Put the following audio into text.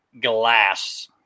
glass